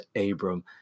Abram